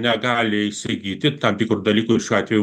negali įsigyti tam tikrų dalykų ir šiuo atveju